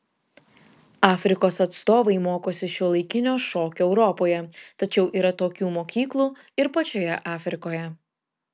afrikos atstovai mokosi šiuolaikinio šokio europoje tačiau yra tokių mokyklų ir pačioje afrikoje